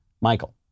Michael